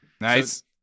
nice